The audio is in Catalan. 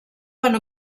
van